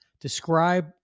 describe